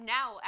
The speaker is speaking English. Now